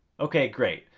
okay great,